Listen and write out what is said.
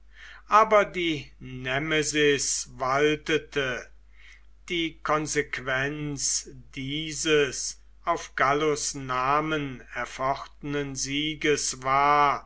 aber die nemesis waltete die konsequenz dieses auf gallus namen erfochtenen sieges war